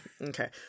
Okay